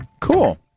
cool